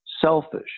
selfish